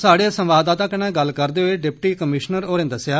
साहडे संवावदाता कन्ने गल्ल करदे होई डिप्टी कमीशनर होरें दस्सेआ